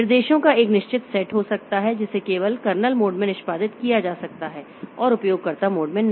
निर्देशों का एक निश्चित सेट हो सकता है जिसे केवल कर्नेल मोड में निष्पादित किया जा सकता है और उपयोगकर्ता मोड में नहीं